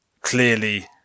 clearly